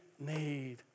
need